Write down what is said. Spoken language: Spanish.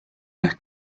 las